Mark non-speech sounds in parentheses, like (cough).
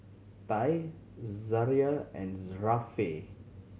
Ty Zariah and (unintelligible) Rafe